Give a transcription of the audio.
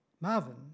Marvin